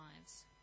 lives